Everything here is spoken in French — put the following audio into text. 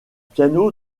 piano